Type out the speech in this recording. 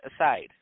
aside